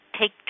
take